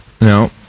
No